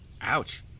Ouch